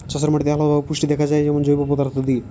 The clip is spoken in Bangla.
চাষের মাটিতে আলদা ভাবে পুষ্টি দেয়া যায় যেমন জৈব পদার্থ দিয়ে